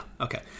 okay